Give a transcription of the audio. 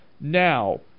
Now